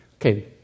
Okay